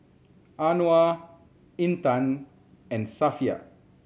Anuar Intan and Safiya